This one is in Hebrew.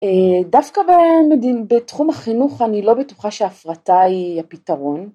דווקא בתחום החינוך אני לא בטוחה שההפרטה היא הפתרון.